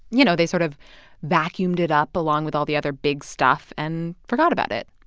you know, they sort of vacuumed it up along with all the other big stuff and forgot about it,